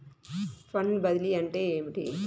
Fund బదిలీ అంటే ఏమిటి?